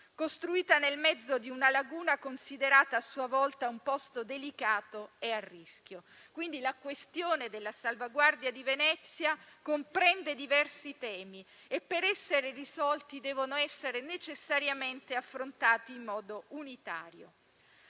costruita nel mezzo di una laguna considerata a sua volta un posto delicato e a rischio. Pertanto, la questione della salvaguardia di Venezia comprende diversi temi che, per essere risolti, devono essere seriamente affrontati in modo unitario.